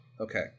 Okay